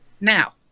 now